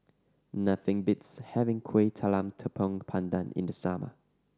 nothing beats having Kueh Talam Tepong Pandan in the summer